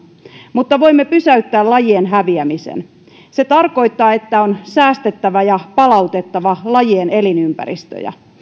mutta voimme pysäyttää lajien häviämisen se tarkoittaa että on säästettävä ja palautettava lajien elinympäristöjä